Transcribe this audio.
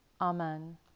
Amen